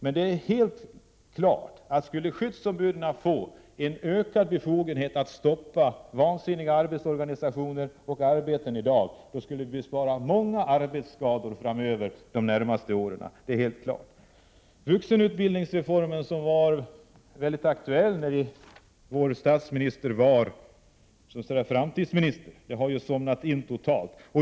Men det är helt klart att skulle skyddsombuden få ökad befogenhet att stoppa vansinniga arbetsorga nisationer och arbeten, skulle vi besparas många arbetsskador de närmaste åren framöver. Vuxenutbildningsreformen, som var mycket aktuell när vår statsminister var framtidsminister, har nu somnat in totalt.